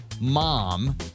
mom